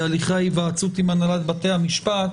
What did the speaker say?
בהליכי ההיוועצות עם הנהלת בתי המשפט.